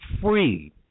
free